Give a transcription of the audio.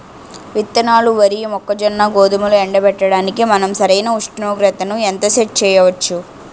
విత్తనాలు వరి, మొక్కజొన్న, గోధుమలు ఎండబెట్టడానికి మనం సరైన ఉష్ణోగ్రతను ఎంత సెట్ చేయవచ్చు?